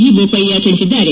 G Bopaiah ತಿಳಿಸಿದ್ದಾರೆ